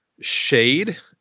Shade